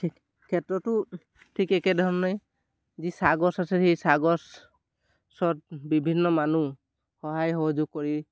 খে ক্ষেত্ৰতো ঠিক একেধৰণেই যি চাহগছ আছে সেই চাহগছত বিভিন্ন মানুহ সহায় সহযোগ কৰি